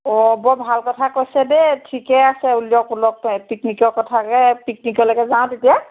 অ বৰ ভাল কথা কৈছে দেই ঠিকে আছে ওলক ওলক পিকনিকৰ কথাকে পিকনিকলৈকে যাওঁ তেতিয়া